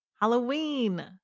Halloween